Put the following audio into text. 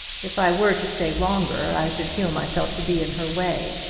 if i were to stay longer i should feel myself to be in her way.